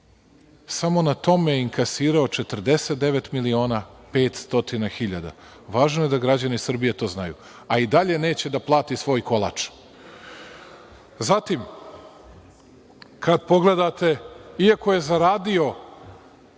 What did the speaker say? samo na tome je inkasirao 49.500.000, važno je da građani Srbije to znaju, a i dalje neće da plati svoj kolač. Zatim, kad pogledate, iako je zaradio